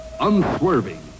unswerving